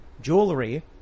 jewelry